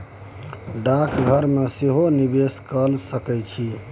डाकघर मे सेहो निवेश कए सकैत छी